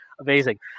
amazing